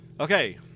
Okay